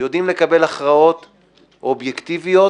יודעים לקבל הכרעות אובייקטיביות,